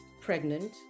pregnant